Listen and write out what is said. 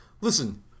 Listen